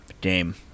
Game